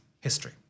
history